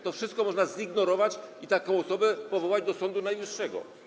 To wszystko można zignorować i taką osobę powołać do Sądu Najwyższego.